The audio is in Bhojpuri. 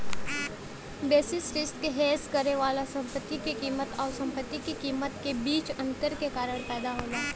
बेसिस रिस्क हेज करे वाला संपत्ति क कीमत आउर संपत्ति क कीमत के बीच अंतर के कारण पैदा होला